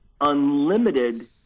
unlimited